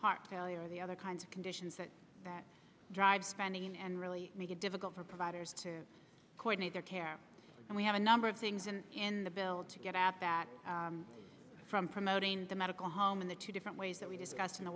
heart failure or the other kinds of conditions that that drive spending and really make it difficult for providers to coordinate their care and we have a number of things and in the bill to get out that from promoting the medical home in the two different ways that we discussed in the